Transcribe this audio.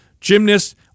Gymnasts